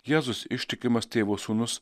jėzus ištikimas tėvo sūnus